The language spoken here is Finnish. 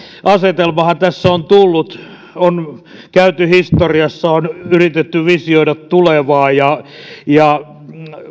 asetelmahan tässä on tullut on käyty historiassa on yritetty visioida tulevaa ja ja